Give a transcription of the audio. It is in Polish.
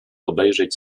obejrzeć